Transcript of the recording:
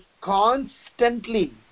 constantly